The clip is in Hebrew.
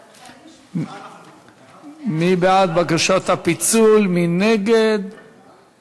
הצעת ועדת החוץ והביטחון בדבר פיצול הצעת חוק שירות ביטחון (תיקון,